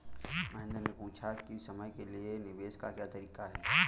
महेन्द्र ने पूछा कि कम समय के लिए निवेश का क्या तरीका है?